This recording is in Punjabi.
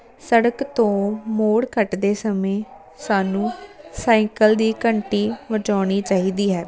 ਸੜਕ ਤੋਂ ਮੋੜ ਕੱਟਦੇ ਸਮੇਂ ਸਾਨੂੰ ਸਾਈਕਲ ਦੀ ਘੰਟੀ ਵਜਾਉਣੀ ਚਾਹੀਦੀ ਹੈ